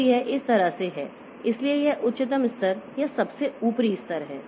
तो यह इस तरह है इसलिए यह उच्चतम स्तर या सबसे ऊपरी स्तर हैं